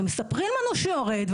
ומספרים לנו שהוא יורד,